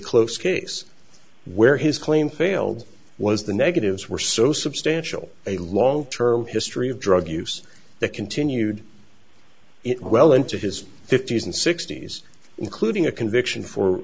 case where his claim failed was the negatives were so substantial a long term history of drug use that continued it well into his fifty's and sixty's including a conviction for